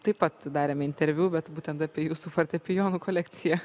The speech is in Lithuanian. taip pat darėme interviu bet būtent apie jūsų fortepijonų kolekciją